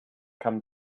come